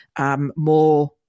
more